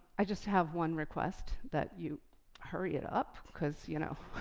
i just have one request, that you hurry it up, cause you know.